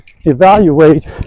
evaluate